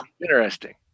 Interesting